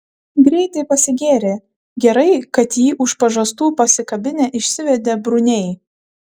greitai pasigėrė gerai kad jį už pažastų pasikabinę išsivedė bruniai